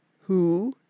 Who